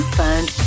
found